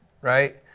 right